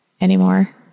anymore